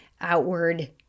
outward